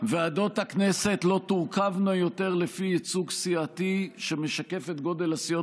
ועדות הכנסת לא תורכבנה לפי ייצוג סיעתי שמשקף את גודל הסיעות